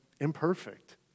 imperfect